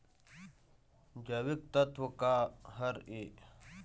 जैविकतत्व का हर ए?